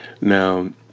Now